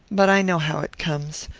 but i know how it comes.